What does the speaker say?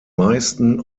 meisten